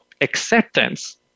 acceptance